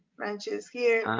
branches here